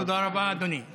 תודה רבה, אדוני.